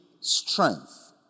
strength